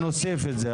נוסיף את זה.